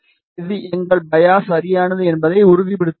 இது எங்கள் பையாஸ் சரியானது என்பதை உறுதிப்படுத்துகிறது